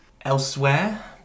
elsewhere